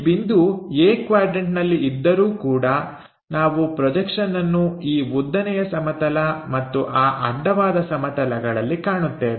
ಈ ಬಿಂದು A ಕ್ವಾಡ್ರನ್ಟನಲ್ಲಿ ಇದ್ದರೂ ಕೂಡ ನಾವು ಪ್ರೊಜೆಕ್ಷನ್ ಅನ್ನು ಈ ಉದ್ದನೆಯ ಸಮತಲ ಮತ್ತು ಆ ಅಡ್ಡವಾದ ಸಮತಲಗಳಲ್ಲಿ ಕಾಣುತ್ತೇವೆ